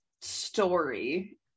story